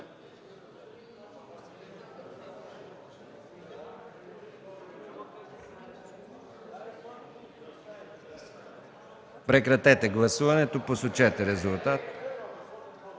Прекратете гласуването и посочете резултат.